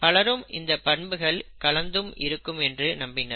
பலரும் இந்தப் பண்புகள் கலந்தும் இருக்கும் என்று நம்பினர்